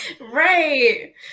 Right